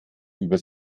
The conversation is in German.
über